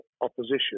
opposition